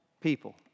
people